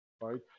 right